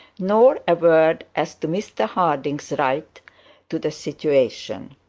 nor a word as to mr harding's right to the situation.